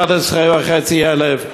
11,500,